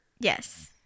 Yes